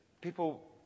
people